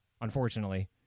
unfortunately